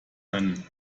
nennen